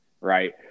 Right